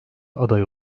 aday